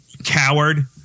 coward